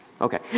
Okay